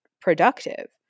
productive